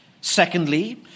Secondly